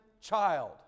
child